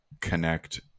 connect